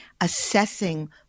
assessing